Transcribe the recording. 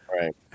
right